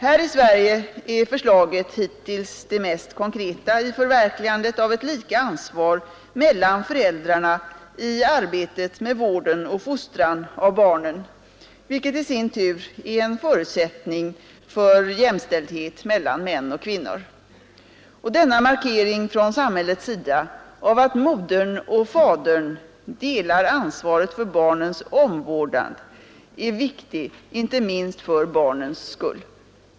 Här i Sverige är förslaget hittills det mest konkreta i förverkligandet av ett lika ansvar mellan föräldrarna i arbetet med vården och fostran av barnen, vilket i sin tur är en förutsättning för jämställdhet mellan män och kvinnor. Denna samhällets markering av att modern och fadern delar ansvaret för barnens omvårdnad är viktig, inte minst för barnens skull.